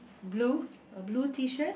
blue a blue T-shirt